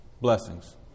blessings